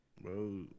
Bro